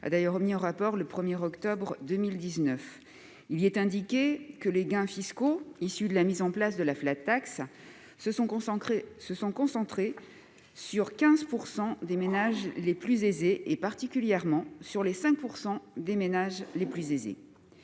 a d'ailleurs remis un rapport le 1 octobre 2019 dans lequel il est indiqué que les gains fiscaux issus de la mise en place de la se sont concentrés sur les 15 % des ménages les plus aisés, plus particulièrement sur les 5 % les plus aisés.